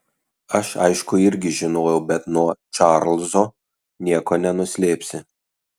aš aišku irgi žinojau bet nuo čarlzo nieko nenuslėpsi